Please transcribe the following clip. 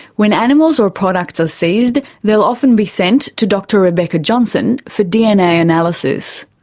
when animals or products are seized, they'll often be sent to dr rebecca johnson for dna analysis.